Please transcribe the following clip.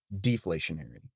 deflationary